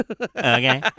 Okay